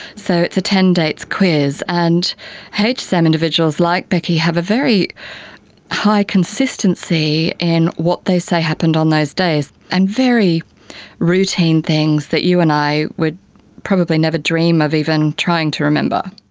so it's a ten dates quiz. and hsam individuals like becky have a very high consistency in what they say happened on those days, and very routine things that you and i would probably never dream of even trying to remember.